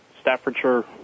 Staffordshire